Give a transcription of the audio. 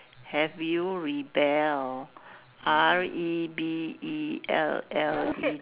have you rebel R E B E L L E D